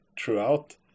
throughout